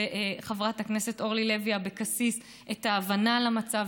וחברת הכנסת אורלי לוי אבקסיס, על ההבנה למצב.